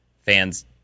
Fans